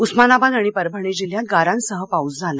उस्मानाबाद आणि परभणी जिल्ह्यात गारांसह पाऊस झाला